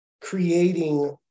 creating